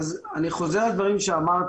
אני חוזר על הדברים שאמרתי,